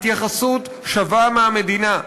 התייחסות שווה מהמדינה.